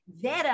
Vera